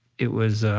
it was a